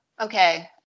Okay